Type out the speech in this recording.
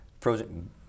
frozen